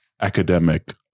academic